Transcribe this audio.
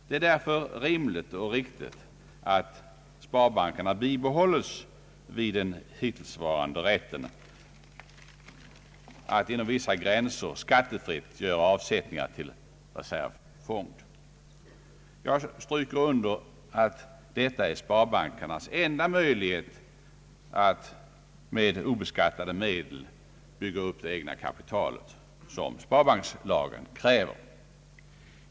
Det är därför rimligt och riktigt att sparbankerna får bibehålla den hittillsvarande rätten att inom vissa gränser skattefritt göra avsättningar till reservfond. Jag upprepar och stryker under att detta är sparbankernas enda möjlighet att med obeskattade medel bygga upp det egna kapital som sparbankslagen kräver.